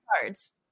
cards